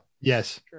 yes